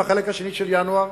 בחלק השני של ינואר,